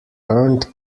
earned